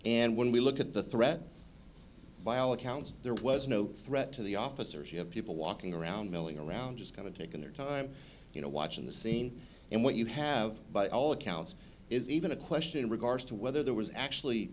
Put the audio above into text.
and when we look at the threat by all accounts there was no threat to the officers you have people walking around milling around just kind of taking their time you know watching the scene and what you have by all accounts is even a question in regards to whether there was actually